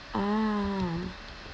ah